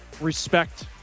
respect